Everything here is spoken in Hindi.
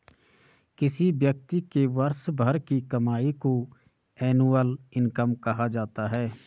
किसी व्यक्ति के वर्ष भर की कमाई को एनुअल इनकम कहा जाता है